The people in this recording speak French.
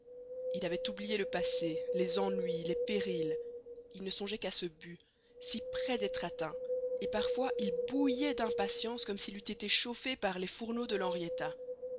il avait oublié le passé les ennuis les périls il ne songeait qu'à ce but si près d'être atteint et parfois il bouillait d'impatience comme s'il eût été chauffé par les fourneaux de